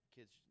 Kids